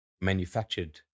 manufactured